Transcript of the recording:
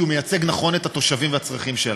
כי הוא מייצג נכון את התושבים והצרכים שלהם.